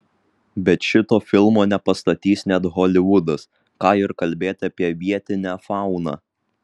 bet šito filmo nepastatys net holivudas ką ir kalbėti apie vietinę fauną